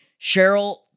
Cheryl –